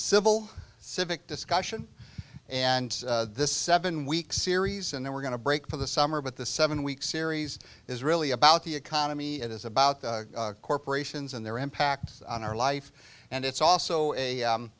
civil civic discussion and this seven week series and then we're going to break for the summer but the seven week series is really about the economy it is about the corporations and their impact on our life and it's also a